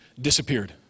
disappeared